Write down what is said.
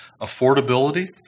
affordability